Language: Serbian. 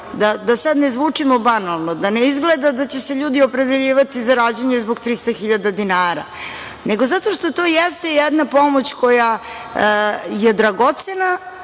da sad ne zvučimo banalno, da ne izgleda da će se ljudi opredeljivati za rađanje zbog 300.000 dinara, nego zato što to jeste jedna pomoć koja je dragocena